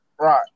Right